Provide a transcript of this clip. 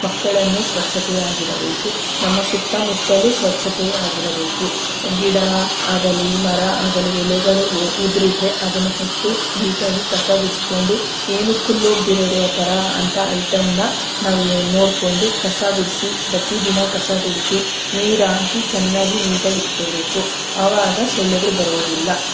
ಮಕ್ಕಳನ್ನು ಸ್ವಚ್ಛತೆಯಾಗಿರಬೇಕು ನಮ್ಮ ಸುತ್ತಮುತ್ತಲು ಸ್ವಚ್ಛತೆ ಆಗಿರಬೇಕು ಗಿಡ ಆಗಲಿ ಮರ ಆಗಲಿ ಎಲೆಗಳು ಉದುರಿದರೆ ಅದನ್ನು ಎತ್ತಿ ನೀಟಾಗಿ ಕಸ ಗುಡಿಸ್ಕೊಂಡು ಏನು ಥರ ಅಂಥ ಐಟಮನ್ನ ನಾವು ನೋಡಿಕೊಂಡು ಕಸ ಗುಡಿಸಿ ಪ್ರತಿದಿನ ಕಸ ಗುಡಿಸಿ ನೀರಾಕಿ ಚೆನ್ನಾಗಿ ನೀಟಾಗಿಟ್ಕೋಬೇಕು ಆವಾಗ ಸೊಳ್ಳೆಗಳು ಬರುವುದಿಲ್ಲ